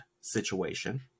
situation